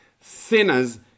sinners